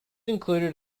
included